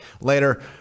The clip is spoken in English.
later